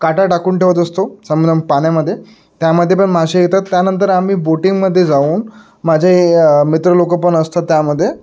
काटा टाकून ठेवत असतो समजा पाण्यामध्ये त्यामध्ये पण मासे येतात त्यानंतर आम्ही बोटिंगमध्ये जाऊन माझे मित्र लोक पण असतात त्यामध्ये